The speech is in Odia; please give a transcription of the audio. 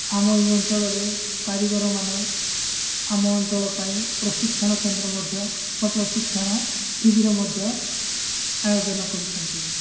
ଆମ ଏହି ଅଞ୍ଚଳରେ କାରିଗରମାନେ ଆମ ଅଞ୍ଚଳ ପାଇଁ ପ୍ରଶିକ୍ଷଣ କେନ୍ଦ୍ର ମଧ୍ୟ ବା ପ୍ରଶିକ୍ଷଣ ଶିବିର ମଧ୍ୟ ଆୟୋଜନ କରିଛନ୍ତି